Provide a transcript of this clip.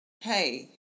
hey